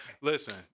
listen